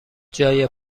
جای